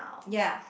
ya